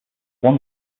one